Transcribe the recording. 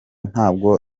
ntabwo